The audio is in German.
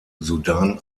sudan